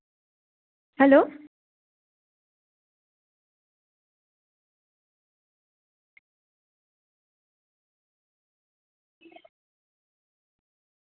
hello